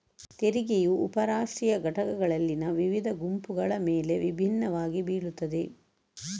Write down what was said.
ತೆರಿಗೆಯು ಉಪ ರಾಷ್ಟ್ರೀಯ ಘಟಕಗಳಲ್ಲಿನ ವಿವಿಧ ಗುಂಪುಗಳ ಮೇಲೆ ವಿಭಿನ್ನವಾಗಿ ಬೀಳುತ್ತದೆ